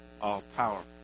all-powerful